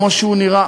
כמו שהוא נראה,